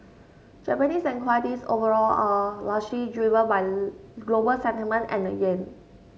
Japanese equities overall are largely driven by global sentiment and the yen